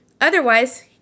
Otherwise